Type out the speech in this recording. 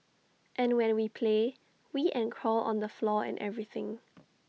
and when we play we and crawl on the floor and everything